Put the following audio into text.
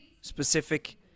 specific